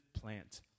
plant